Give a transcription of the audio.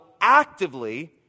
actively